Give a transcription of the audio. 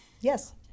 yes